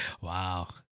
Wow